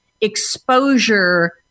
exposure